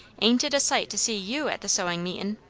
ain't it a sight to see you at the sewin' meetin'!